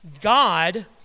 God